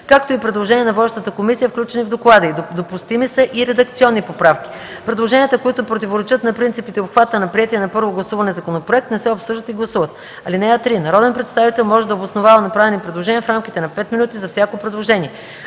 както и предложения на водещата комисия, включени в доклада й. Допустими са и редакционни поправки. Предложенията, които противоречат на принципите и обхвата на приетия на първо гласуване законопроект, не се обсъждат и гласуват. (3) Народен представител може да обосновава направени предложения в рамките на 5 минути за всяко предложение.